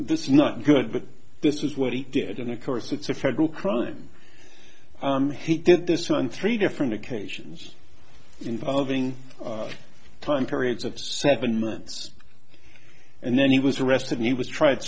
this is not good but this is what he did in the course it's a federal crime he did this on three different occasions involving time periods of seven months and then he was arrested he was tried